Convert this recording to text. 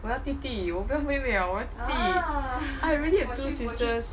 我要弟弟我不要妹妹了我要弟弟 I already have two sisters